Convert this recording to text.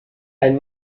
ein